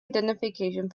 identification